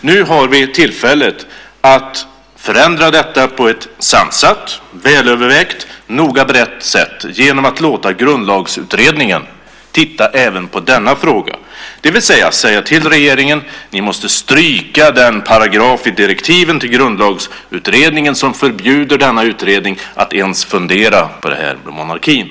Nu har vi tillfället att förändra detta på ett sansat, välövervägt och noga berett sätt genom att låta Grundlagsutredningen titta även på denna fråga, det vill säga att säga till regeringen att den måste stryka den paragraf i direktiven till Grundlagsutredningen som förbjuder denna utredning att ens fundera på detta med monarkin.